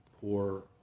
Poor